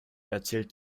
erzählt